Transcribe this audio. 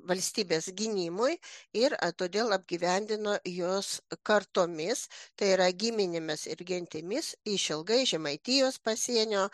valstybės gynimui ir todėl apgyvendino juos kartomis tai yra giminėmis ir gentimis išilgai žemaitijos pasienio